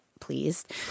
pleased